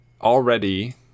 already